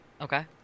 Okay